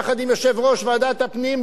יחד עם יושב-ראש ועדת הפנים,